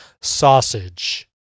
sausage